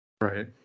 Right